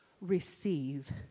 receive